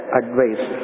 advice